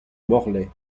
morlaix